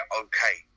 okay